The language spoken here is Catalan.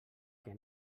que